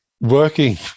working